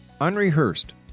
unrehearsed